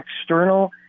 external –